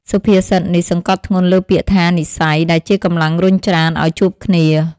សុភាសិតនេះសង្កត់ធ្ងន់លើពាក្យថា «និស្ស័យ» ដែលជាកម្លាំងរុញច្រានឱ្យជួបគ្នា។